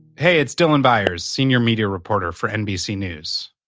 hey, it's dylan byers, senior media reporter for nbc news.